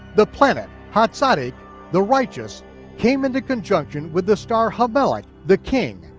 the planet hatzaddik the righteous came into conjunction with the star hamelech, like the king,